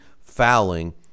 fouling